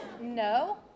no